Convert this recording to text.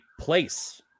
place